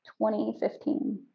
2015